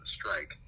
strike